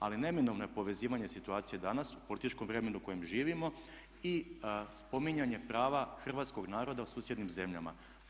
Ali neminovno je povezivanje situacije danas u političkom vremenu u kojem živimo i spominjanje prava hrvatskog naroda u susjednim zemljama.